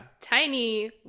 tiny